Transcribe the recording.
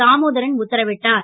தாமோதரன் உத்தரவிட்டார்